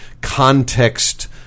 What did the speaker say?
context